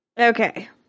Okay